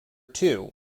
too